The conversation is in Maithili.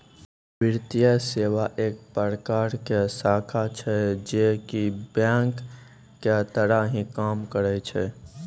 वित्तीये सेवा एक प्रकार के शाखा छै जे की बेंक के तरह ही काम करै छै